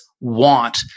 want